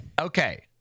okay